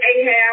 Ahab